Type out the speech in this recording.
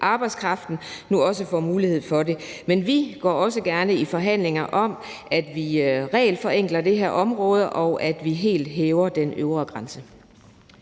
arbejdskraften, nu også får mulighed for at få det. Men vi indgår også gerne i forhandlinger om, at vi regelforenkler det her område, og at vi helt hæver den øvre grænse.